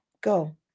go